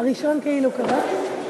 הראשון כאילו קראתי.